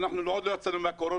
ואנחנו עוד לא יצאנו מהקורונה,